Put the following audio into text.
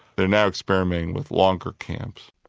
they're now experimenting with longer camps.